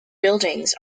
buildings